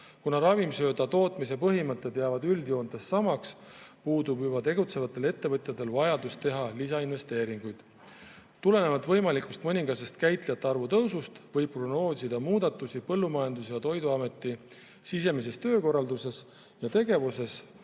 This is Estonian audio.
Kuna ravimsööda tootmise põhimõtted jäävad üldjoontes samaks, puudub juba tegutsevatel ettevõtjatel vajadus teha lisainvesteeringuid. Tulenevalt võimalikust käitlejate arvu mõningasest kasvust võib prognoosida muudatusi Põllumajandus‑ ja Toiduameti sisemises töökorralduses ja tegevuses